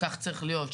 כך צריך להיות,